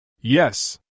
Yes